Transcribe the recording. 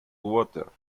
water